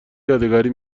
یادگاری